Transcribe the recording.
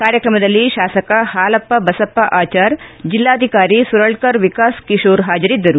ಕಾರ್ಯಕ್ರಮದಲ್ಲಿ ಶಾಸಕ ಹಾಲಪ್ಪ ಬಸಪ್ಪ ಆಚಾರ್ ಜಲ್ಲಾಧಿಕಾರಿ ಸುರಳ್ತರ್ ವಿಕಾಸ್ ಕಿಶೋರ್ ಹಾಜರಿದ್ದರು